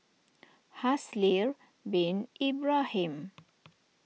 Haslir Bin Ibrahim